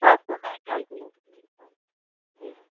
سات سو میں ہے کیلکولیٹر جی ہاں